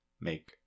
make